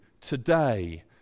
today